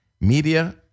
Media